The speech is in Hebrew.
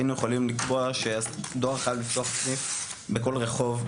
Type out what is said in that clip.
היינו יכולים לקבוע שהדואר חייב לפתוח סניף בכל רחוב,